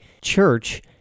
church